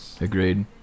Agreed